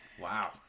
Wow